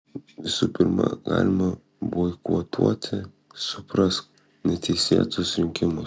visų pirma galima boikotuoti suprask neteisėtus rinkimus